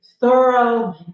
thorough